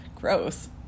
gross